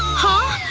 huh?